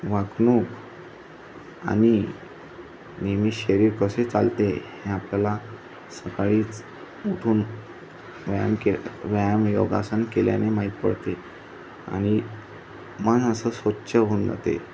वाकणूक आणि नेहमी शरीर कसे चालते हे आपल्याला सकाळीच उठून व्यायाम के व्यायाम योगासन केल्याने माहीत पडते आणि मन असं असं स्वच्छ होऊन जाते